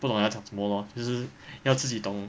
不懂要讲什么 lor 就是要自己懂